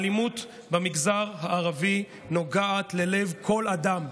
האלימות במגזר הערבי נוגעת ללב כל אדם,